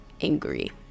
angry